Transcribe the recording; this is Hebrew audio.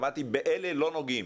אמרתי באלה לא נוגעים.